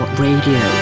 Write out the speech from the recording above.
radio